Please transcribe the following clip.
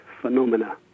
phenomena